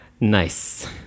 nice